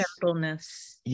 gentleness